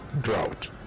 drought